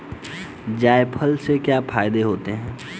जायफल के क्या फायदे होते हैं?